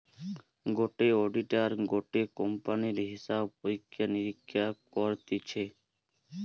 গটে অডিটার গটে কোম্পানির হিসাব পরীক্ষা নিরীক্ষা করতিছে